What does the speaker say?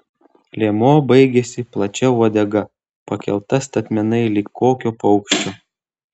liemuo baigėsi plačia uodega pakelta statmenai lyg kokio paukščio